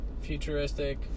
futuristic